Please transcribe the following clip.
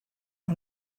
ond